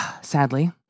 sadly